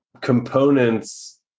components